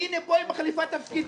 והנה, פה היא מחליפה תפקידים.